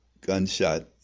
gunshot